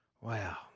Wow